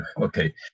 okay